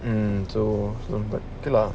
um so so but okay lah